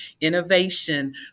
innovation